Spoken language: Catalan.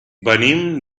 venim